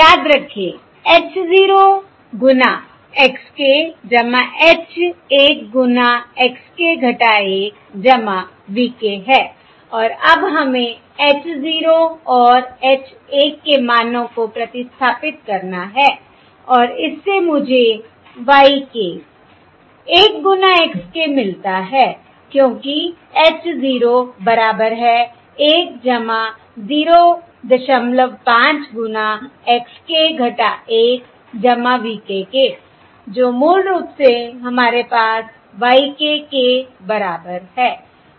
याद रखें h 0 गुना x k h 1 गुना x k 1 v k है और अब हमें h 0 और h 1 के मानों को प्रतिस्थापित करना है और इससे मुझे y k 1 गुना x k मिलता है क्योंकि h 0 बराबर है 1 05 गुना x k 1 v k के जो मूल रूप से हमारे पास y k के बराबर है